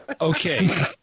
Okay